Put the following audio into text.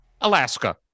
Alaska